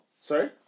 Sorry